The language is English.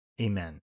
Amen